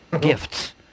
gifts